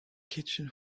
kitchen